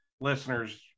listeners